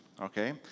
okay